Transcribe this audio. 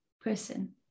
person